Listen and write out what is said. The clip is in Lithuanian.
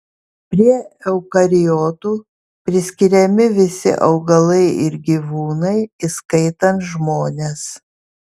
prie eukariotų priskiriami visi augalai ir gyvūnai įskaitant žmones